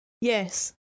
Yes